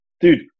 Dude